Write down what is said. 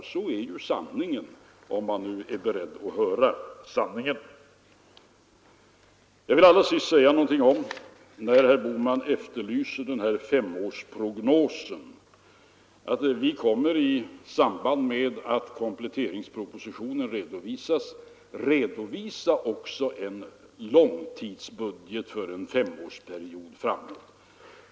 Sådan är sanningen — om man är beredd att höra den. Slutligen vill jag också säga något om den av herr Bohman efterlysta femårsprognosen. I samband med att kompletteringspropositionen presenteras kommer vi att också redovisa en långtidsbudget för en femårsperiod framåt.